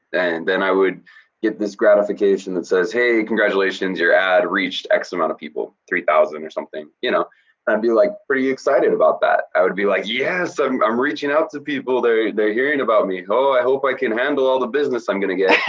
then i would get this gratification that says, hey, congratulations, your ad reached x amount of people three thousand or something, y'know. you know and i'd be like, pretty excited about that. i would be like, yes, i'm i'm reachin' out to people, they're they're hearing about me, oh i hope i can handle all the business i'm gonna get.